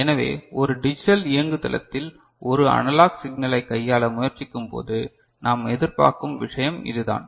எனவே ஒரு டிஜிட்டல் இயங்குதளத்தில் ஒரு அனலாக் சிக்னலைக் கையாள முயற்சிக்கும்போது நாம் எதிர்பார்க்கும் விஷயம் இதுதான்